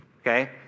Okay